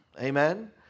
amen